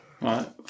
Right